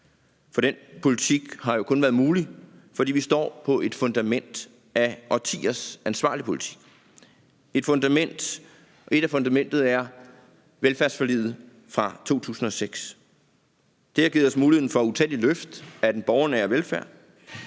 For den politik har kun været mulig, fordi vi står på et fundament af årtiers ansvarlig politik. En del af fundamentet er velfærdsforliget fra 2006. Det har givet os muligheden for utallige løft af den borgernære velfærd.